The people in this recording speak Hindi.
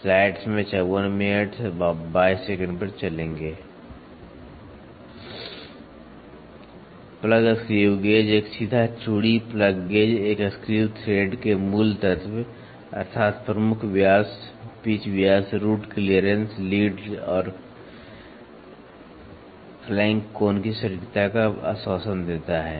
प्लग स्क्रू गेज एक सीधा चूड़ी प्लग गेज एक स्क्रू थ्रेड के मूल तत्व अर्थात् प्रमुख व्यास पिच व्यास रूट क्लीयरेंस लीड और फ्लैंक कोण की सटीकता का आश्वासन देता है